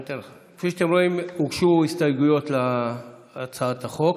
הוגשו הסתייגויות להצעת החוק.